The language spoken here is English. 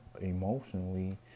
emotionally